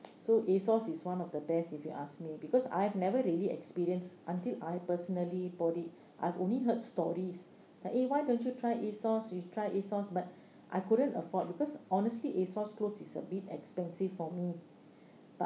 so ASOS is one of the best if you ask me because I've never really experienced until I personally bought it I've only heard stories like eh why don't you try ASOS you try ASOS but I couldn't afford because honestly ASOS clothes is a bit expensive for me but